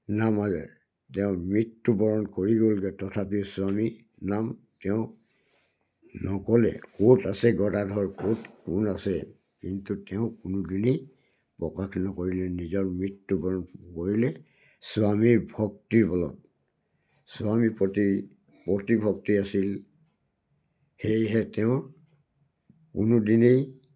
নাম আছে তেওঁৰ মৃত্যুবৰণ কৰি গ'লগে তথাপি স্বামী নাম তেওঁ নক'লে ক'ত আছে গদাধৰ ক'ত কোন আছে কিন্তু তেওঁ কোনোদিনেই প্ৰকাশ নকৰিলে নিজৰ মৃত্যুবৰণ কৰিলে স্বামীৰ ভক্তিৰ বলত স্বামী পতি ভক্তি আছিল সেয়েহে তেওঁৰ কোনোদিনেই